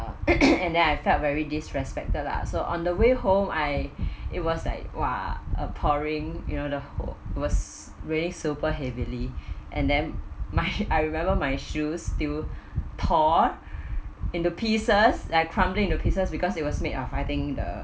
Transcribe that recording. and then I felt very disrespected lah so on the way home I it was like !wah! uh pouring you know the whole was raining super heavily and then my I remember my shoes still tore into pieces like crumbling into pieces because it was made of I think the